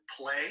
play